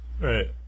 Right